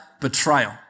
betrayal